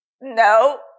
no